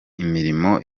imirimo